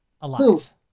Alive